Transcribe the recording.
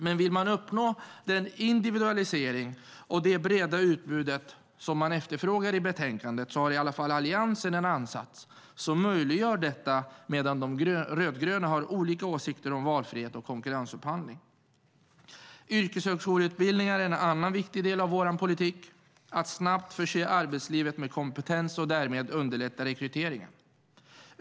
Men vill man uppnå den individualisering och det breda utbud som efterfrågas i betänkandet har Alliansen en ansats som möjliggör detta medan de rödgröna har olika åsikter om valfrihet och konkurrensupphandling. Yrkeshögskoleutbildningar är en annan viktig del av vår politik. Det handlar om att snabbt förse arbetslivet med kompetens och därmed underlätta rekryteringen.